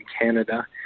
Canada